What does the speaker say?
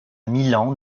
milan